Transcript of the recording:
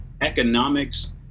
economics